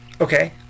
Okay